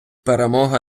перемога